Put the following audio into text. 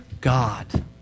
God